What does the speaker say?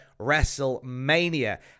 WrestleMania